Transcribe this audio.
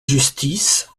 justice